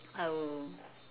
I will